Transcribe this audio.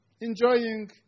Enjoying